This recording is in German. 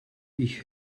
ich